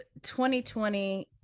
2020